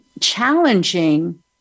challenging